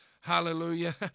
Hallelujah